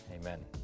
Amen